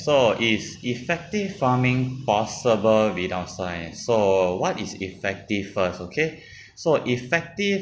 so is effective farming possible with our science so what is effective first okay so effective